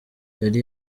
yari